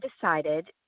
decided